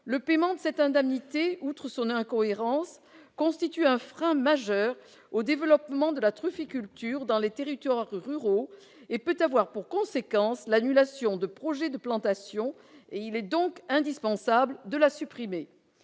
Le paiement de cette indemnité, outre son incohérence, constitue un frein majeur au développement de la trufficulture dans les territoires ruraux et peut avoir pour conséquence l'annulation de projets de plantation. Il est donc indispensable de la supprimer.